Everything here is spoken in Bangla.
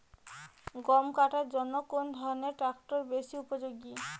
গম কাটার জন্য কোন ধরণের ট্রাক্টর বেশি উপযোগী?